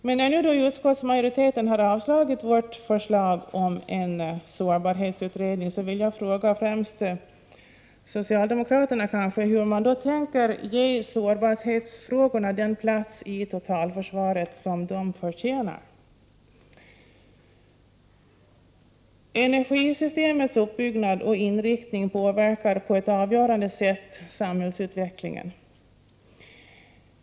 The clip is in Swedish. När nu utskottsmajoriteten avstyrkt vårt förslag om en sårbarhetsutredning, vill jag fråga främst socialdemokraterna hur de tänker ge sårbarhetsfrågorna den plats i totalförsvaret de förtjänar. Energisystemets uppbyggnad och inriktning påverkar på ett avgörande sätt samhällsutvecklingen.